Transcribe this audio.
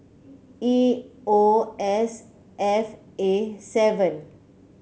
E O S F A seven